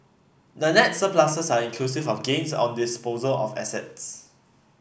the net surpluses are inclusive of gains on disposal of assets